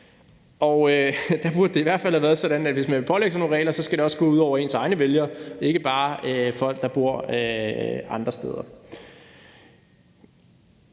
Det burde i hvert fald have været sådan, at hvis man pålægger borgerne sådan nogle regler, skal det også gå ud over ens egne vælgere; ikke bare folk, der bor andre steder.